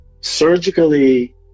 surgically